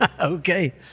Okay